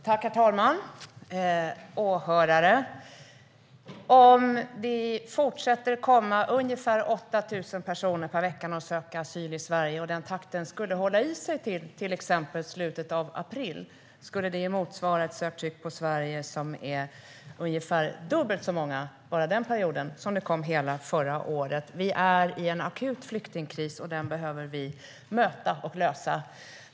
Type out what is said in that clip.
Herr talman och åhörare! Om det fortsätter att komma ungefär 8 000 personer per vecka som söker asyl i Sverige och den takten skulle hålla i sig till exempelvis slutet av april skulle det motsvara ett söktryck på Sverige som är ungefär dubbelt så många bara den perioden som det kom hela förra året. Vi är i en akut flyktingkris, och den behöver vi möta och lösa.